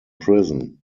prison